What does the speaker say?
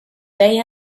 day